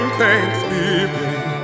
thanksgiving